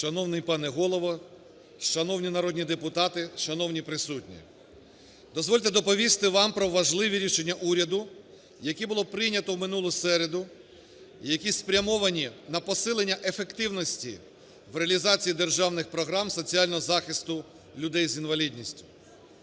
Шановний пане Голово, шановні народні депутати, шановні присутні! Дозвольте доповісти вам важливі рішення уряду, які було прийнято у минулу середу, які спрямовані на посилення ефективності в реалізації державних програм соціального захисту людей з інвалідністю.